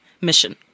mission